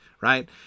right